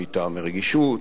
מטעמי רגישות,